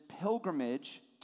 pilgrimage